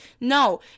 No